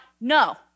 No